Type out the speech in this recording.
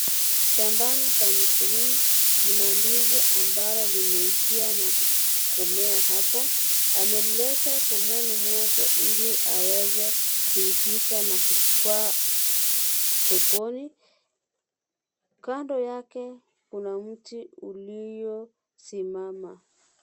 Shambani pa mkulima mna ndizi ambalo limeivia na komea hapo, ameieta pumoni mwake ili aweze kuivisha na kuchukua sokoni. Kando yake kuna mti uliosimama.